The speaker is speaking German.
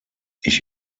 ich